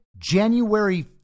January